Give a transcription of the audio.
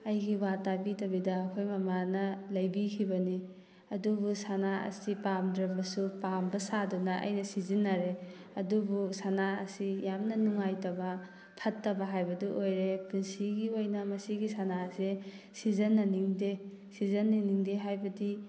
ꯑꯩꯒꯤ ꯋꯥ ꯇꯥꯕꯤꯗꯕꯤꯗ ꯑꯩꯈꯣꯏ ꯃꯃꯥꯅ ꯂꯩꯕꯤꯈꯤꯕꯅꯤ ꯑꯗꯨꯕꯨ ꯁꯅꯥ ꯑꯁꯤ ꯄꯥꯝꯗ꯭ꯔꯕꯁꯨ ꯄꯥꯝꯕ ꯁꯥꯗꯨꯅ ꯑꯩꯅ ꯁꯤꯖꯤꯟꯅꯔꯦ ꯑꯗꯨꯕꯨ ꯁꯅꯥ ꯑꯁꯤ ꯌꯥꯝꯅ ꯅꯨꯡꯉꯥꯏꯇꯕ ꯐꯠꯇꯕ ꯍꯥꯏꯕꯗꯨ ꯑꯣꯏꯔꯦ ꯄꯨꯟꯁꯤꯒꯤ ꯑꯣꯏꯅ ꯃꯁꯤꯒꯤ ꯁꯅꯥꯁꯦ ꯁꯤꯖꯟꯅꯅꯤꯡꯗꯦ ꯁꯤꯖꯟꯅꯅꯤꯡꯗꯦ ꯍꯥꯏꯕꯗꯤ